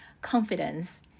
confidence